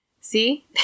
See